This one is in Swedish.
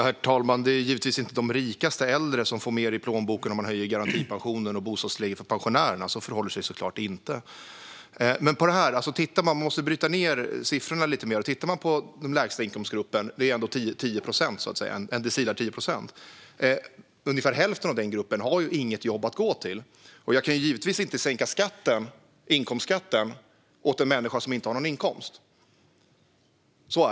Herr talman! Det är givetvis inte de rikaste äldre som får mer i plånboken om man höjer garantipensionen och bostadstillägget för pensionärerna. Man måste bryta ned sifforna lite mer. I den lägsta inkomstgruppen - en decil är 10 procent - är det ungefär hälften som inte har något jobb att gå till. Jag kan givetvis inte sänka inkomstskatten för en människa som inte har någon inkomst.